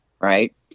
Right